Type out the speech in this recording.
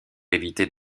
éviter